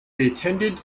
attended